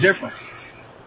different